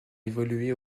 évolué